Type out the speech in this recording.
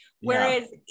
Whereas